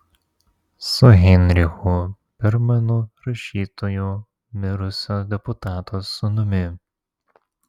su heinrichu bermanu rašytoju mirusio deputato sūnumi